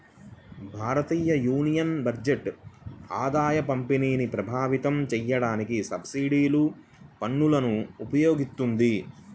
భారతయూనియన్ బడ్జెట్ ఆదాయపంపిణీని ప్రభావితం చేయడానికి సబ్సిడీలు, పన్నులను ఉపయోగిత్తది